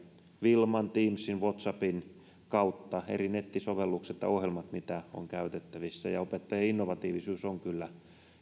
wilman teamsin ja whatsappin kautta eri nettisovellukset ja ohjelmat mitä on käytettävissä ja opettajien innovatiivisuus on kyllä näin